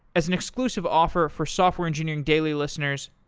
as an inclusive offer for software engineering daily listeners,